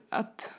att